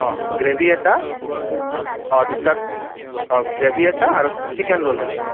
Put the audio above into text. অ' gravy এটা অ' দুটাত অ' গ্ৰেভি এটা আৰু চিকেন ৰ'ল দুটা